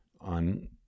on